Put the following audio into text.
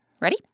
Ready